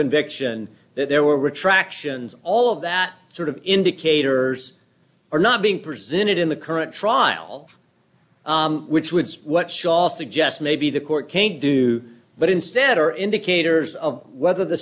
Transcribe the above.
conviction that there were retractions all of that sort of indicators are not being presented in the current trial which would see what shaw suggest maybe the court can't do but instead are indicators of whether the